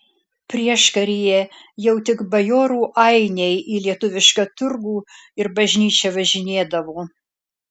prieškaryje jau tik bajorų ainiai į lietuvišką turgų ir bažnyčią važinėdavo